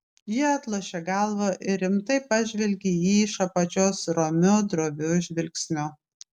ji atlošė galvą ir rimtai pažvelgė į jį iš apačios romiu droviu žvilgsniu